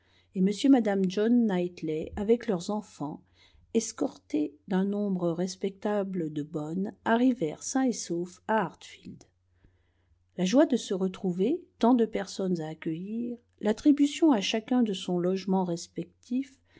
et m et mme john knightley avec leurs enfants escortés d'un nombre respectable de bonnes arrivèrent sains et saufs à hartfield la joie de se retrouver tant de personnes à accueillir l'attribution à chacun de son logement respectif